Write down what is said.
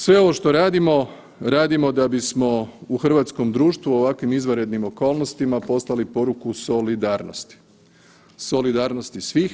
Sve ovo što radimo radimo da bismo u hrvatskom društvu u ovakvim izvanrednim okolnostima poslali poruku solidarnosti, solidarnosti svih.